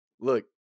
look